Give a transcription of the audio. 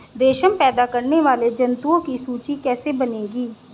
रेशम पैदा करने वाले जंतुओं की सूची कैसे बनेगी?